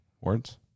words